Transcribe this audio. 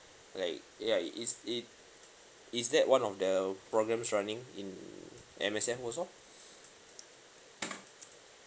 like ya it is it is that one of the programs running in M_S_F also